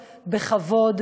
בכבוד.